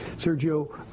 Sergio